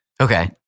Okay